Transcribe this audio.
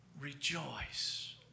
rejoice